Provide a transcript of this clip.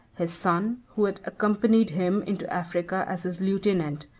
his son, who had accompanied him into africa as his lieutenant,